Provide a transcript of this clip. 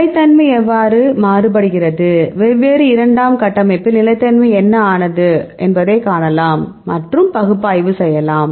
நிலைத்தன்மை எவ்வாறு மாறுபடுகிறது வெவ்வேறு இரண்டாம் கட்டமைப்பில் நிலைத்தன்மை என்ன ஆனது என்பதை காணலாம் மற்றும் பகுப்பாய்வு செய்யலாம்